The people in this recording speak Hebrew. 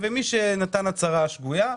ומי שנתן הצהרה שגויה,